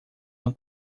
uma